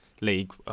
league